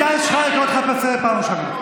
אנטאנס שחאדה, אני קורא אותך לסדר פעם ראשונה.